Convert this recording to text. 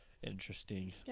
Interesting